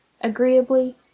agreeably